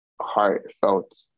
heartfelt